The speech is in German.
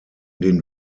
den